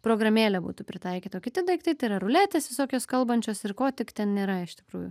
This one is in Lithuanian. programėlė būtų pritaikyta o kiti daiktai tai yra ruletės visokios kalbančios ir ko tik ten nėra iš tikrųjų